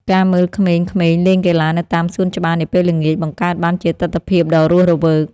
ការមើលក្មេងៗលេងកីឡានៅតាមសួនច្បារនាពេលល្ងាច បង្កើតបានជាទិដ្ឋភាពដ៏រស់រវើក។